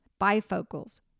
bifocals